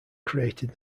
created